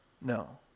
No